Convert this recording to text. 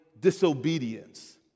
disobedience